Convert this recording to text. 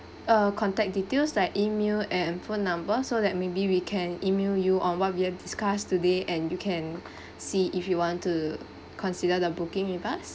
uh contact details like E-mail and phone number so that may be we can E-mail you on what we have discussed today and you can see if you want to consider the booking with us